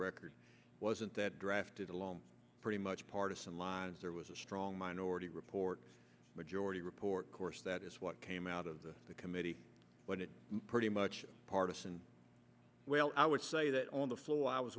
record wasn't that drafted along pretty much partisan lines there was a strong minority report majority report course that is what came out of the committee when it pretty much partisan well i would say that on the flo